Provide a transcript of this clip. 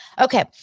Okay